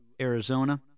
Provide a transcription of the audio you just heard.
Arizona